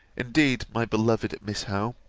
indeed, my beloved miss howe,